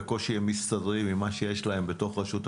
בקושי הם מסתדרים עם מה שיש להם בתוך רשות המיסים.